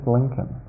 Lincoln